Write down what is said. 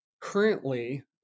currently